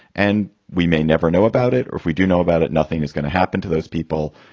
and we may never know about it. or if we do know about it, nothing is going to happen to those people.